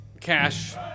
cash